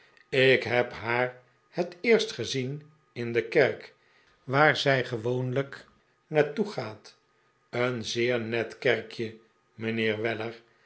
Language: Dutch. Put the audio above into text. ik heb haar het eerst gezien in de kerk waar zij gewoonlijk naar toe gaat een zeer net kerkje mijnheer weller